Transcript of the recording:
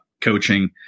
coaching